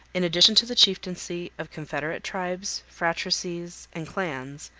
in addition to the chieftaincy of confederate tribes, phratries, and clans,